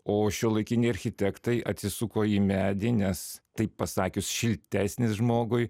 o šiuolaikiniai architektai atsisuko į medį nes taip pasakius šiltesnis žmogui